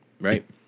right